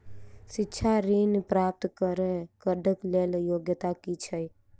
शिक्षा ऋण प्राप्त करऽ कऽ लेल योग्यता की छई?